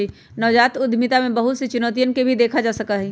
नवजात उद्यमिता में बहुत सी चुनौतियन के भी देखा जा सका हई